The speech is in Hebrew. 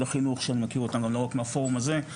החינוך שאני מכיר אותם לא רק מהפורום הזה.